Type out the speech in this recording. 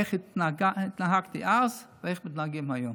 איך התנהגתי אז ואיך מתנהגים היום.